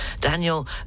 Daniel